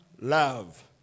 Love